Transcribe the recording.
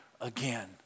again